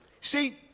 See